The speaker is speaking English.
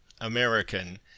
American